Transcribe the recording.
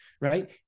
right